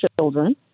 children